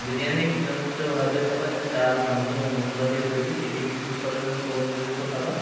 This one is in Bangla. বিরিয়ানি একটি জনপ্রিয় ভারতীয় খাবার যা চাল মাংস এবং মশলা দিয়ে তৈরি এটি একটি সুস্বাদু এবং সুগন্ধযুক্ত খাবার